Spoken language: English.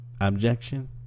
objection